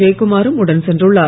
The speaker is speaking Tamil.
ஜெயகுமாரும் உடன் சென்றுள்ளார்